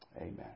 Amen